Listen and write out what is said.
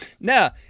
now